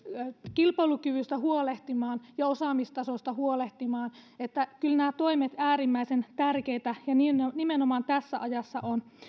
kilpailukyvystä huolehtimaan ja osaamistasosta huolehtimaan että kyllä nämä toimet ovat äärimmäisen tärkeitä ja nimenomaan tässä ajassa